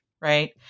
right